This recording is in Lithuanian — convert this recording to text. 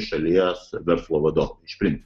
šalies verslo vadovai iš principo